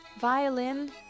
violin